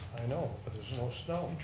i know, but there's no snow.